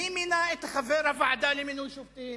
מי מינה את חבר הוועדה למינוי שופטים?